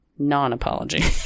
non-apology